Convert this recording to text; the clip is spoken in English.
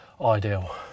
Ideal